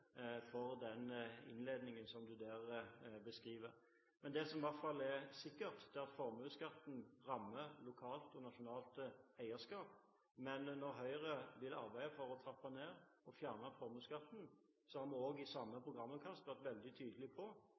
for den innledningen du der omtaler. Det som i hvert fall er sikkert, er at formuesskatten rammer lokalt og nasjonalt eierskap. Men når Høyre vil arbeide for å trappe ned og fjerne formuesskatten, er vi også i samme programutkast veldig tydelige på